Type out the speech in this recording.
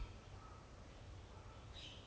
wearing a mask eh cannot even see her face